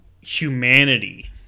humanity